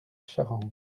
charente